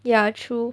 ya true